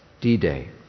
D-Day